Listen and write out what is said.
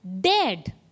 dead